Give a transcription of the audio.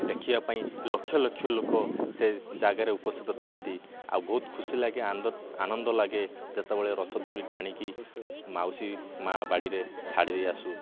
ଦେଖିଆ ପାଇଁ ଲକ୍ଷ ଲକ୍ଷ ଲୋକ ସେ ଜାଗାରେ ଉପସ୍ଥିତ ଥାଆନ୍ତି ଆଉ ବହୁତ ଖୁସି ଲାଗେ ଆନନ୍ଦ ଲାଗେ ଯେତେବେଳେ ରଥ ଦଉଡ଼ି ଟାଣିକି ମାଉସୀ ମାଁ ବାଡ଼ିରେ ଛାଡ଼ିଦେଇ ଆସୁ